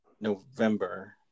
November